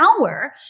hour